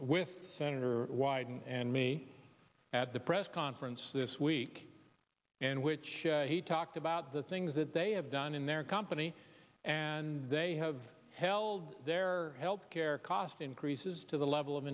with senator wyden and me at the press conference this week in which he talked about the things that they have done in their company and they have held their health care cost increases to the level of